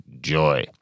Joy